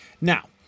Now